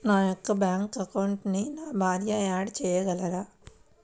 నా యొక్క బ్యాంక్ అకౌంట్కి నా భార్యని యాడ్ చేయగలరా?